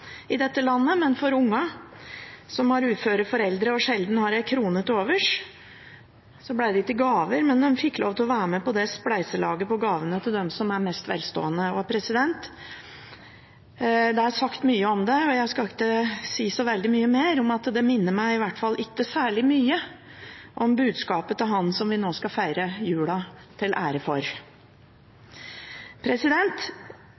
i dette landet, men til ungene som har uføre foreldre og sjelden en krone til overs, ble det ikke gaver, men de fikk lov til å bli med på spleiselaget for gavene til dem som er mest velstående. Det er sagt mye om det, og jeg skal ikke si så veldig mye mer, men det minner meg i hvert fall ikke særlig mye om budskapet fra Ham vi nå skal feire, og som jula er til ære for.